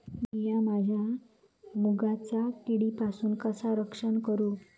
मीया माझ्या मुगाचा किडीपासून कसा रक्षण करू?